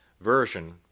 version